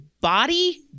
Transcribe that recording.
body